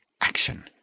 action